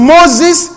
Moses